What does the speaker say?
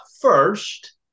first